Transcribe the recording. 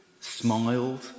smiled